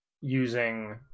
using